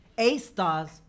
A-stars